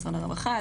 משרד הרווחה,